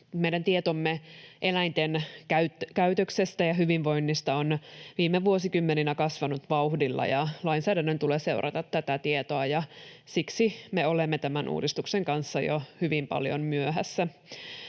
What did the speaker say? Meidän tietomme eläinten käytöksestä ja hyvinvoinnista on viime vuosikymmeninä kasvanut vauhdilla, ja lainsäädännön tulee seurata tätä tietoa. Siksi me olemme tämän uudistuksen kanssa jo hyvin paljon myöhässä.